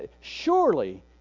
Surely